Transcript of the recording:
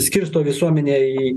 skirsto visuomenę į